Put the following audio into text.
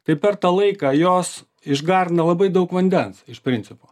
tai per tą laiką jos išgarina labai daug vandens iš principo